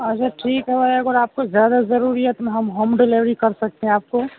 اچھا ٹھیک ہے بھائی اگر آپ کو زیادہ ضروری ہے تو ہم ہوم ڈیلیوری کر سکتے ہیں آپ کے